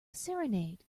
serenade